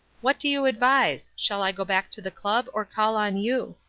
what do you advise, shall i go back to the club or call on you?